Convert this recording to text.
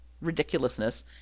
ridiculousness